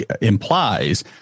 implies